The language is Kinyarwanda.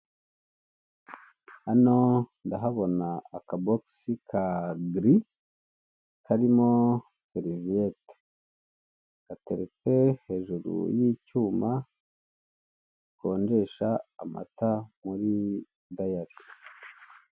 Hano ndahabona akabogisi ka giri, karimo seriviyete. Gateretse hejuru y'icyuma gikonjesha amata muri dayari.